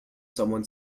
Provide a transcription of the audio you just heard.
somebody